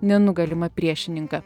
nenugalimą priešininką